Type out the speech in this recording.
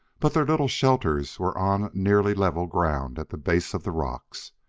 but their little shelters were on nearly level ground at the base of the rocks.